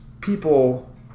people